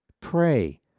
Pray